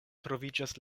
troviĝas